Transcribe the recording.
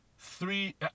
Three